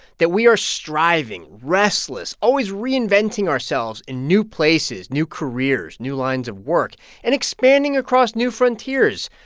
that we are striving, restless, always reinventing ourselves in new places, new careers, new lines of work and expanding across new frontiers.